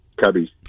Cubbies